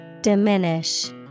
Diminish